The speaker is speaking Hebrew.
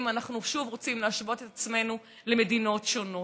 אם אנחנו שוב רוצים להשוות את עצמנו למדינות שונות.